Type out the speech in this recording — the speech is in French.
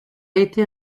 été